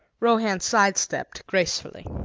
rohan side-stepped gracefully.